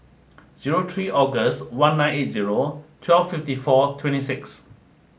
zero three August one nine eight zero twelve fifty four twenty six